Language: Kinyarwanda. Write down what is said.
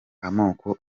amoko